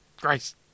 Grace